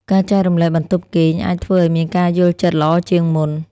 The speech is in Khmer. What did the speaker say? ការចែករំលែកបន្ទប់គេងអាចធ្វើឱ្យមានការយល់ចិត្តល្អជាងមុន។